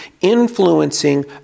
influencing